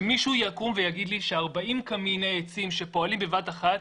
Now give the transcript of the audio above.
שמישהו יקום ויגיד לי ש-40 קמיני עצים שפועלים בבת אחת